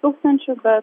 tūkstančių bet